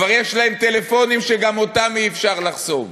כבר יש להם טלפונים שגם אותם אי-אפשר לחסום,